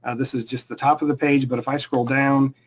and this is just the top of the page, but if i scroll down,